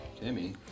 Timmy